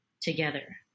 together